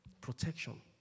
protection